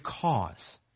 cause